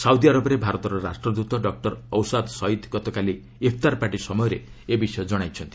Saudi ଆରବରେ ଭାରତର ରାଷ୍ଟ୍ରଦତ ଡକୁର ଔସାଦ୍ ସୟିଦ୍ ଗତକାଲି ଇଫ୍ତାର ପାର୍ଟି ସମୟରେ ଏ ବିଷୟ ଜଣାଇଛନ୍ତି